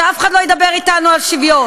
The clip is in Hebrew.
שאף אחד לא ידבר אתנו על שוויון.